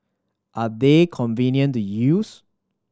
are they convenient to use